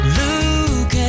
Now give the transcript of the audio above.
look